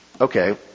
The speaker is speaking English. Okay